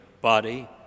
body